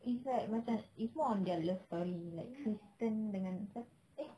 it's like macam it's more on their love story like tristan dengan siap~ eh